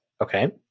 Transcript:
Okay